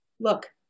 Look